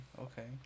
Okay